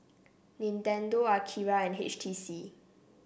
Nintendo Akira and H T C